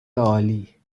عالی